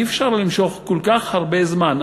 אי-אפשר למשוך כל כך הרבה זמן.